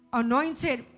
anointed